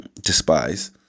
despise